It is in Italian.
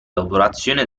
lavorazione